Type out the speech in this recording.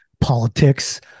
politics